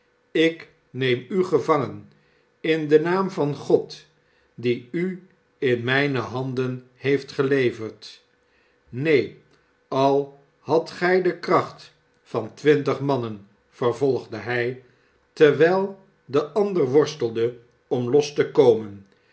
ik neem u gevangen in den naam van god die urnrmjne handen heeft geleverd neen al hadtgij dekrachtvan twmtig man nen vervolgde hij terwijl de ander worstelde om los te komen